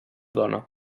dona